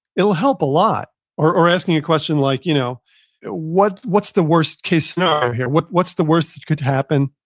it will help a lot or, asking a question like, you know what's what's the worst case scenario here? what's what's the worst that could happen